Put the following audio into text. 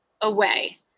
away